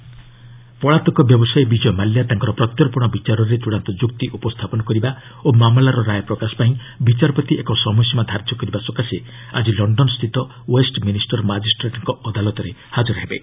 ବିଜୟ ମାଲ୍ୟା ପଳାତକ ବ୍ୟବସାୟୀ ବିଜୟ ମାଲ୍ୟା ତାଙ୍କ ପ୍ରତ୍ୟର୍ପଣ ବିଚାରରେ ଚୃଡ଼ାନ୍ତ ଯୁକ୍ତି ଉପସ୍ଥାପନ କରିବା ଓ ମାମଲାର ରାୟ ପ୍ରକାଶ ପାଇଁ ବିଚାରପତି ଏକ ସମୟସୀମା ଧାର୍ଯ୍ୟ କରିବା ସକାଶେ ଆଜି ଲଣ୍ଡନସ୍ଥିତ ଓ୍ୱେଷ୍ ମିନିଷ୍ଟର ମାଜିଷ୍ଟ୍ରେଟ୍ଙ୍କ ଅଦାଲତରେ ହାକର ହେବେ